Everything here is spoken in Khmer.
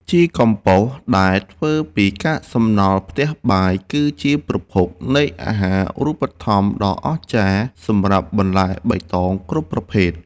ជីកំប៉ុស្តដែលធ្វើពីកាកសំណល់ផ្ទះបាយគឺជាប្រភពនៃអាហាររូបត្ថម្ភដ៏អស្ចារ្យសម្រាប់បន្លែបៃតងគ្រប់ប្រភេទ។